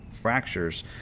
fractures